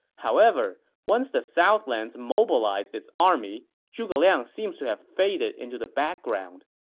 however, once the southlands mobilized its army, zhuge liang seems to have faded into the background.